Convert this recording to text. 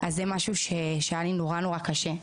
זה משהו שהיה לי מאוד קשה.